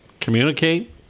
communicate